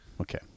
Okay